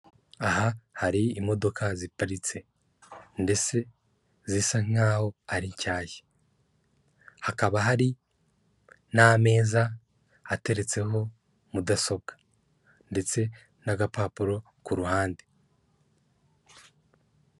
Aha hari imodoka ziparitse ndetse zisa nk'aho ari nshyashya, hakaba hari n'ameza ateretseho mudasobwa ndetse n'agapapuro ku ruhande.